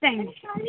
thank you